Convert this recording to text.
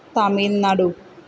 Tamil Nadu